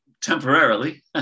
temporarily